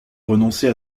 renoncer